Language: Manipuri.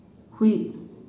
ꯍꯨꯏ